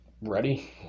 ready